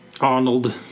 Arnold